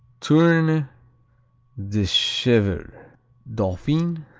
tourne de chevre dauphine,